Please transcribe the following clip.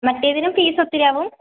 മറ്റേതിനും fees ഒത്തിരിയാകും